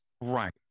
Right